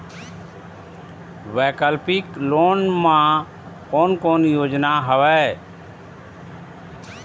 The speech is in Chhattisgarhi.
वैकल्पिक लोन मा कोन कोन योजना हवए?